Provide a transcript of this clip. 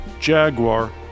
Jaguar